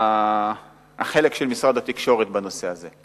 הוא החלק של משרד התקשורת בנושא הזה.